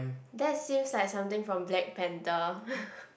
that seems like something from Black-Panther